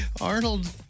Arnold